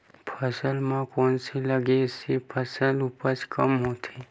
फसल म कोन से लगे से फसल उपज कम होथे?